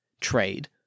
trade